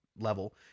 level